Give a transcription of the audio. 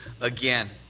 again